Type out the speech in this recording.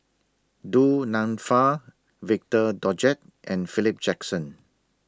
Du Nanfa Victor Doggett and Philip Jackson